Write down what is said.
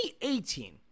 2018